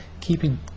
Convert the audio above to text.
keeping